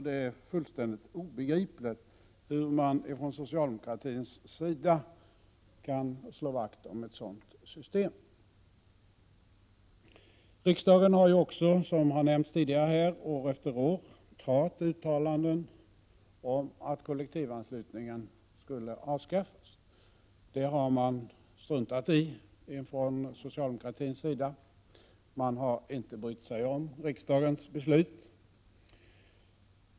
Det är fullständigt obegripligt hur man från socialdemokratins sida kan slå vakt om ett sådant system. Riksdagen har, som nämnts här tidigare, år efter år gjort uttalanden om att kollektivanslutningen skall avskaffas, men socialdemokraterna har struntat i det. De har inte brytt sig om riksdagens beslut.